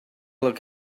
look